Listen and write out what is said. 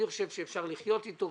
אני חושב שאפשר לחיות אתו,